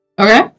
Okay